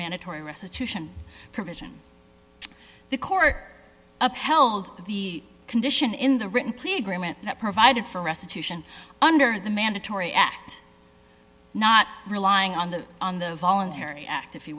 mandatory restitution provision the court upheld the condition in the written pleas grammont that provided for restitution under the mandatory act not relying on the on the voluntary act